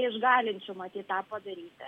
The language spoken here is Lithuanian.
iš galinčių matyt tą padaryti